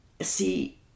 see